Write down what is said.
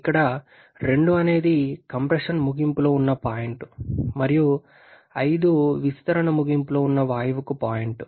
ఇక్కడ 2 అనేది కంప్రెషన్ ముగింపులో ఉన్న పాయింట్ మరియు 5 విస్తరణ ముగింపులో ఉన్న వాయువుకు పాయింట్